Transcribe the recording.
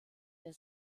der